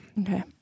Okay